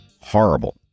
horrible